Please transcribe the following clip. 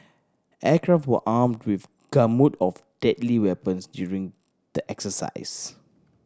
aircraft were armed with gamut of deadly weapons during the exercise